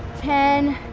ten,